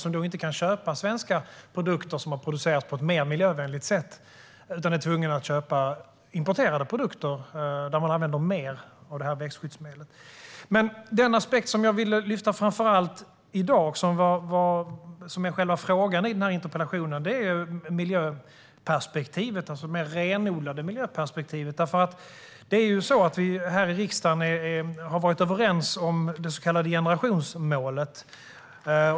De kan alltså inte köpa svenska produkter som har producerats på ett mer miljövänligt sätt utan är tvungna att köpa importerade produkter där man använder mer av det här växtskyddsmedlet. Den aspekt som jag framför allt vill lyfta upp och som är själva frågan i den här interpellationen är dock det mer renodlade miljöperspektivet. Det är ju så att vi här i riksdagen har varit överens om det så kallade generationsmålet.